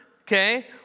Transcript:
okay